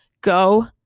Go